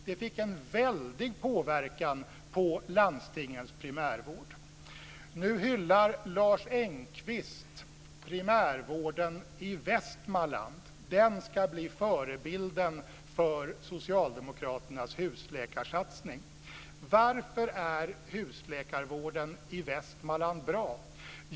Det fick en väldig påverkan på landstingens primärvård. Nu hyllar Lars Engqvist primärvården i Västmanland. Den ska bli förebilden för socialdemokraternas husläkarsatsning. Varför är husläkarvården i Västmanland bra?